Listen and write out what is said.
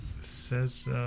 says